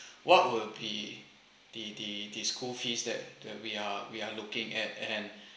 what will be the the the school fees that that we are we are looking at and